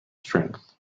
strength